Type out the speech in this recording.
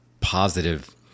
positive